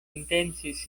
intencis